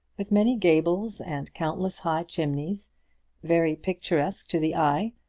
with many gables and countless high chimneys very picturesque to the eye,